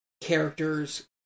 characters